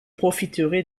profiterai